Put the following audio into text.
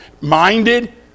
minded